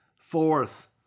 Fourth